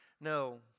No